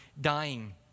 dying